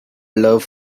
love